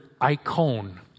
icon